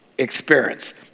experience